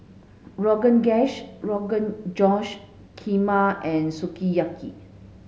Rogan Rogan Josh Kheema and Sukiyaki